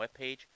webpage